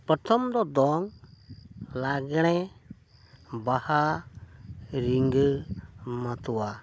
ᱯᱨᱚᱛᱷᱚᱢ ᱫᱚ ᱫᱚᱝ ᱞᱟᱜᱽᱬᱮ ᱵᱟᱦᱟ ᱨᱤᱸᱡᱷᱟᱹ ᱢᱟᱛᱚᱣᱟᱨ